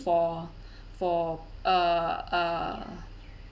for for err err